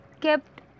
kept